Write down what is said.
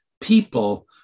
people